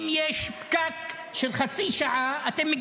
אם יש פקק של חצי שעה אתם,